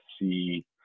see